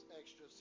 extra